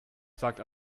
sagt